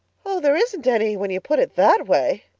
oh, there isn't any, when you put it that way,